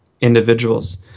individuals